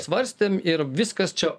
svarstėm ir viskas čia